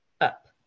up